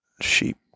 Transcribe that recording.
sheep